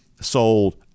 sold